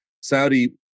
Saudi